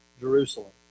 Jerusalem